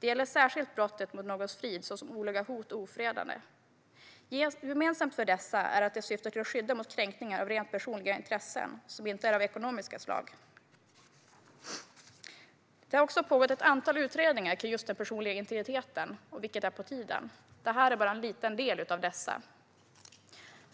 Det gäller särskilt brotten mot någons frid, såsom olaga hot och ofredande. Gemensamt för dessa är att de syftar till att skydda mot kränkningar av rent personliga intressen som inte är av ekonomiskt slag. Ett starkt straffrättsligt skydd för den person-liga integriteten Det har även pågått ett antal utredningar kring just den personliga integriteten, vilket är på tiden. Detta är bara en liten del av dessa.